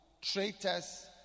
traitors